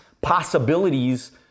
possibilities